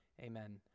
amen